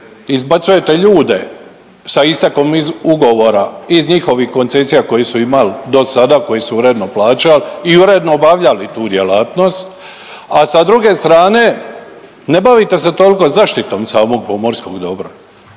izbacujete ljude sa istekom ugovora iz njihovih koncesija koje su imali do sada, koje su uredno plaćali i uredno obavljali tu djelatnost, a s druge strane ne bavite se toliko zaštitom samog pomorskog dobra